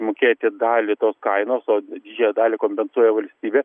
prisimokėti dalį tos kainos o didžiąją dalį kompensuoja valstybė